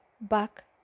back